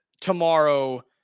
tomorrow